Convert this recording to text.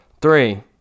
three